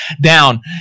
down